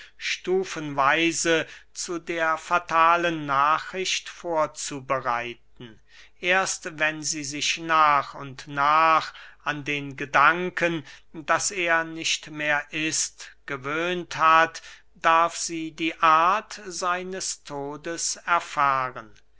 stufenweise zu der fatalen nachricht vorzubereiten erst wenn sie sich nach und nach an den gedanken daß er nicht mehr ist gewöhnt hat darf sie die art seines todes erfahren